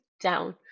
down